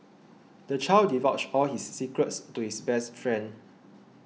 the child divulged all his secrets to his best friend